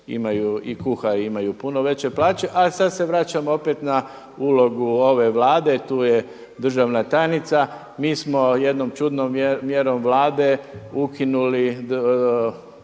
i kuhari imaju puno veće plaće. Ali se sada vraćamo opet na ulogu ove Vlade, tu je državna tajnica, mi smo jednom čudnom mjerom Vlade ukinuli